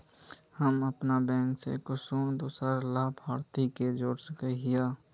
हम अपन बैंक से कुंसम दूसरा लाभारती के जोड़ सके हिय?